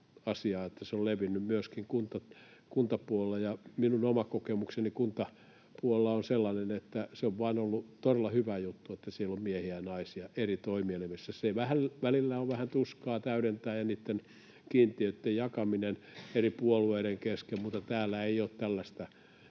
että se on levinnyt myöskin kuntapuolella. Minun oma kokemukseni kuntapuolelta on sellainen, että se on vain ollut todella hyvä juttu, että siellä on miehiä ja naisia eri toimielimissä. Se välillä on vähän tuskaa täydentää ja jakaa niitä kiintiöitä eri puolueiden kesken, mutta täällä ei ole tällaista